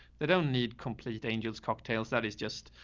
they don't need complete angels cocktails. that is just,